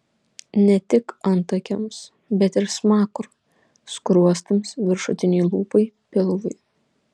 ne tik antakiams bet ir smakrui skruostams viršutinei lūpai pilvui